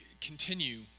continue